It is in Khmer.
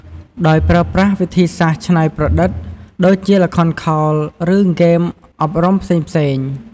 ដោយប្រើប្រាស់វិធីសាស្ត្រច្នៃប្រឌិត ដូចជាល្ខោនខោល ឬហ្គេមអប់រំផ្សេងៗ។